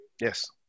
Yes